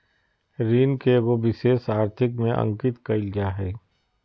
ऋण के एगो विशेष आर्थिक में अंकित कइल जा हइ